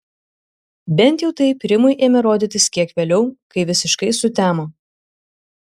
bent jau taip rimui ėmė rodytis kiek vėliau kai visiškai sutemo